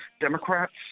Democrats